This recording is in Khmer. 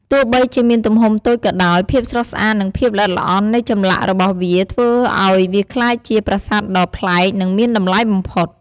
ទោះបីជាមានទំហំតូចក៏ដោយ ភាពស្រស់ស្អាត និងភាពល្អិតល្អន់នៃចម្លាក់របស់វាធ្វើឱ្យវាក្លាយជាប្រាសាទដ៏ប្លែក និងមានតម្លៃបំផុត។